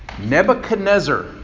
Nebuchadnezzar